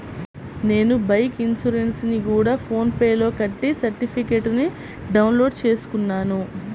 నేను బైకు ఇన్సురెన్సుని గూడా ఫోన్ పే లోనే కట్టి సర్టిఫికేట్టుని డౌన్ లోడు చేసుకున్నాను